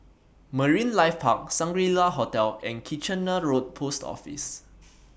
Marine Life Park Shangri La Hotel and Kitchener Road Post Office